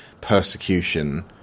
persecution